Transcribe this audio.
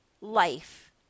life